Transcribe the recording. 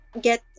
get